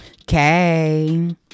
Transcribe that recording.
Okay